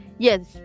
Yes